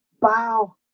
bow